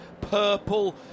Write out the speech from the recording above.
purple